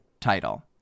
title